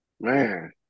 man